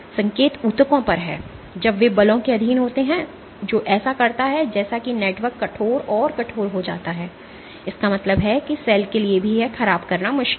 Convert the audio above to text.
संकेत ऊतकों पर है जब वे बलों के अधीन होते हैं जो ऐसा करता है जैसा कि नेटवर्क कठोर और कठोर हो जाता है इसका मतलब है कि सेल के लिए भी यह ख़राब करना मुश्किल है